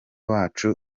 wacu